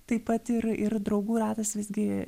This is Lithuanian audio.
taip pat ir ir draugų ratas visgi